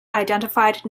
identified